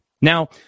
Now